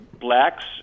Blacks